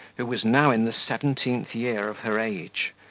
who was now in the seventeenth year of her age,